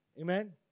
amen